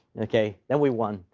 ok? then we won.